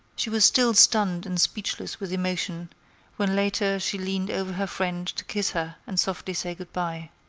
she was still stunned and speechless with emotion when later she leaned over her friend to kiss her and softly say good-by.